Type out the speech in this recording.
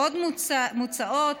עוד מוצעות